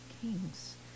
kings